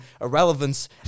irrelevance